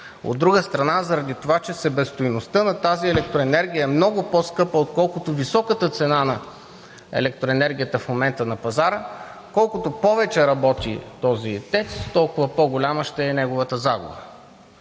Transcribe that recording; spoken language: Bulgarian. От друга страна, заради това, че себестойността на тази електроенергия е много по-скъпа, отколкото високата цена на електроенергията в момента на пазара, колкото повече работи този ТЕЦ, толкова по-голяма ще е неговата загуба.